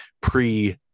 pre